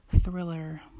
thriller